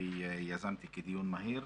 שיזמתי כדיון מהיר.